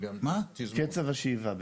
קצב השאיבה בעיקר.